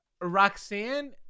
Roxanne